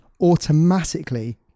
automatically